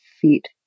feet